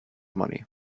money